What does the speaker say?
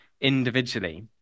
individually